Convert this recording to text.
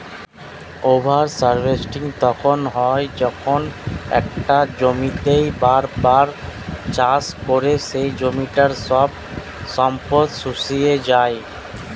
over harvesting তখন হয় যখন একটা জমিতেই বার বার চাষ করে সেই জমিটার সব সম্পদ শুষিয়ে যায়